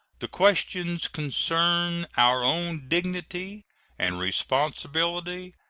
the questions concern our own dignity and responsibility,